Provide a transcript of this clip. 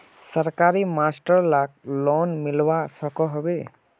सरकारी मास्टर लाक लोन मिलवा सकोहो होबे?